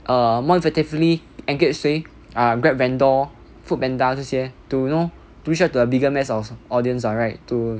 a more actively engage 谁 ah Grab vendor FoodPanda 这些 to you know to reach out to a bigger mass of audience what right to